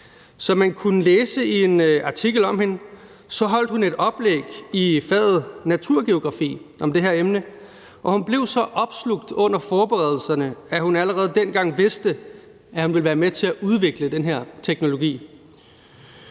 Som man kunne læse i en artikel om hende, holdt hun et oplæg i faget naturgeografi om det her emne, og hun blev så opslugt under forberedelserne, at hun allerede dengang vidste, at hun ville være med til at udvikle den her teknologi.